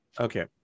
Okay